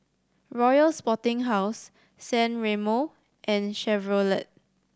Royal Sporting House San Remo and Chevrolet